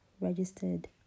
registered